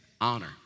Honor